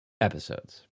episodes